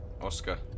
Oscar